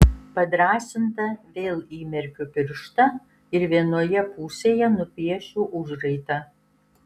padrąsinta vėl įmerkiu pirštą ir vienoje pusėje nupiešiu užraitą